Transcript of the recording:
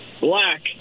black